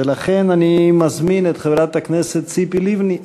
ולכן אני מזמין את חברת הכנסת ציפי לבני,